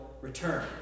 return